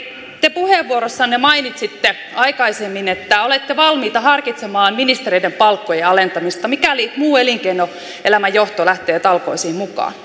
te puheenvuorossanne mainitsitte aikaisemmin että olette valmiita harkitsemaan ministereiden palkkojen alentamista mikäli muu elinkeinoelämän johto lähtee talkoisiin mukaan